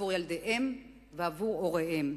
לילדיהם ולהוריהם.